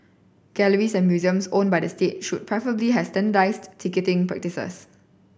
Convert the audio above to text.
galleries and museums owned by the state should preferably has standardised ticketing practices